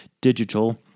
digital